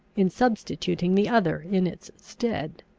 in substituting the other in its stead.